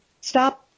stop